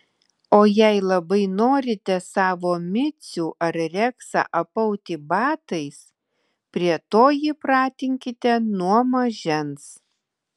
o jei labai norite savo micių ar reksą apauti batais prie to jį pratinkite nuo mažens